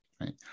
right